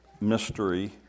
mystery